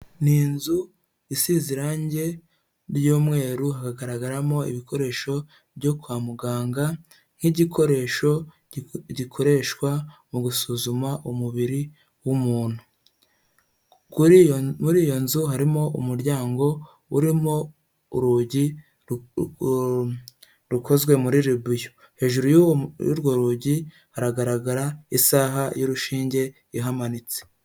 Ni inzu isize irange ry'umweru hagaragaramo ibikoresho byo kwa muganga nk'igikoresho gikoreshwa mu gusuzuma umubiri w'umuntu, kuri iyo nzu harimo umuryango urimo urugi rukozwe muri ribuyu, hejuru y'urwo rugi hagaragara isaha y'urushinge ihamanitse.